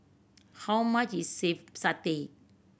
how much is satay